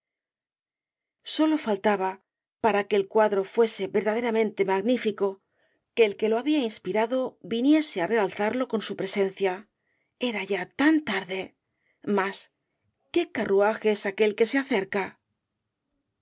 sólo faltaba para que el cuadro fuese verdaderamente magnífico que el que lo había inspirado viniese á realzarlo con su presencia era ya tan tarde mas qué carruaje es aquel que se acerca